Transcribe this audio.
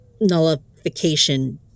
nullification